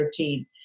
13